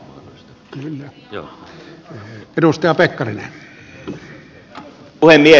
arvoisa puhemies